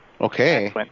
Okay